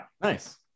nice